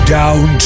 down